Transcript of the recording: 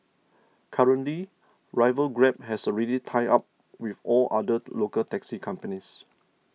currently rival Grab has already tied up with all other local taxi companies